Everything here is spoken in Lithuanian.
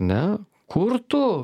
ne kur tu